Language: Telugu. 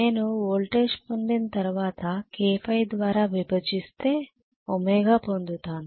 నేను వోల్టేజ్ పొందిన తర్వాత kφ ద్వారా విభజిస్తే ɷ పొందుతాను